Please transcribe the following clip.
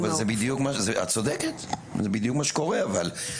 נכון, את צודקת, זה בדיוק מה שקורה אבל.